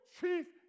chief